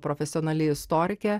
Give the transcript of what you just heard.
profesionali istorikė